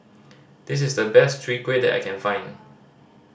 this is the best Chwee Kueh that I can find